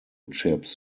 chips